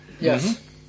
Yes